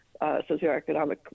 socioeconomic